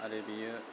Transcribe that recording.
आरो बेयो